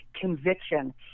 conviction